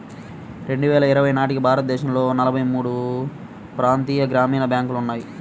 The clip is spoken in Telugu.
రెండు వేల ఇరవై నాటికి భారతదేశంలో నలభై మూడు ప్రాంతీయ గ్రామీణ బ్యాంకులు ఉన్నాయి